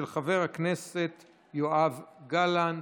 של חבר הכנסת יואב גלנט.